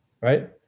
right